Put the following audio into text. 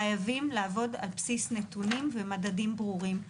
חייבים לעבוד על בסיס נתונים ומדדים ברורים.